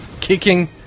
kicking